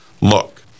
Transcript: look